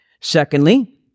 Secondly